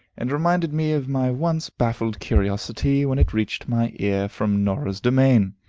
and reminded me of my once baffled curiosity when it reached my ear from norah's domain.